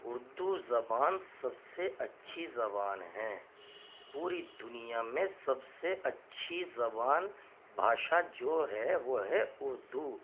اردو زبان سب سے اچھی زبان ہے پوری دنیا میں سب سے اچھی زبان بھاشا جو ہے وہ ہے اردو